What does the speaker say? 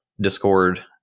discord